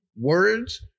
words